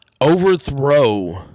overthrow